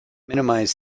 minimize